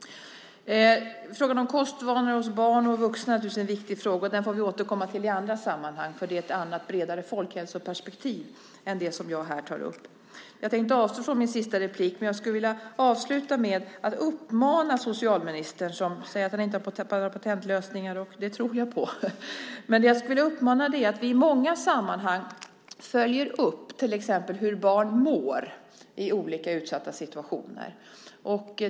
Frågor om kostvanor hos barn och vuxna är naturligtvis en viktig fråga. Den får vi återkomma till i andra sammanhang, för det är ett bredare folkhälsoperspektiv än det som jag tar upp här. Jag tänkte avstå från mitt sista inlägg, men jag skulle vilja avsluta med att uppmana socialministern, som säger att han inte har några patentlösningar, och det tror jag på, att i många sammanhang följa upp till exempel hur barn mår i olika utsatta situationer.